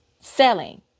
Selling